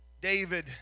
David